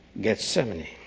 Gethsemane